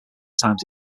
times